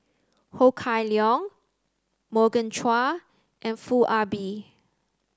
Ho Kah Leong Morgan Chua and Foo Ah Bee